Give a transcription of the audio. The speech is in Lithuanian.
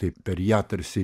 tai per ją tarsi